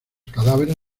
cadáveres